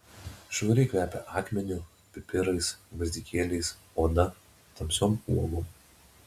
švariai kvepia akmeniu pipirais gvazdikėliais oda tamsiom uogom